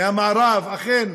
מהמערב, אכן.